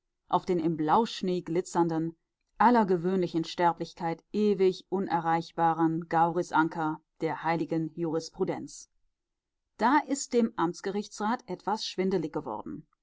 auf den im blauschnee glitzernden aller gewöhnlichen sterblichkeit ewig unerreichbaren gaurisankar der heiligen jurisprudenz da ist dem amtsgerichtsrat etwas schwindelig geworden